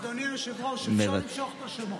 אדוני היושב-ראש, אפשר למשוך את השמות.